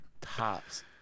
Tops